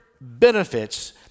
benefits